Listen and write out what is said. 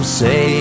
say